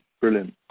Brilliant